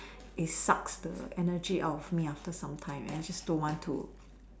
it sucks the energy out of me after sometimes and I just don't want to